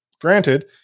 Granted